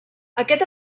aquest